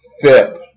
FIP